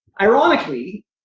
Ironically